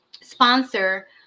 sponsor